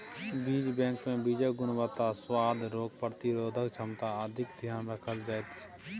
बीज बैंकमे बीजक गुणवत्ता, सुआद, रोग प्रतिरोधक क्षमता आदिक ध्यान राखल जाइत छै